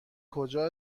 کجا